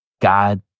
god